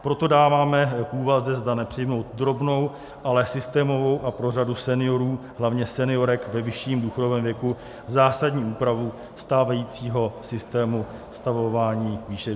Proto dáváme k úvaze, zda nepřijmout drobnou, ale systémovou a pro řadu seniorů, hlavně seniorek, ve vyšším důchodovém věku zásadní úpravu stávajícího systému sestavování výše důchodů.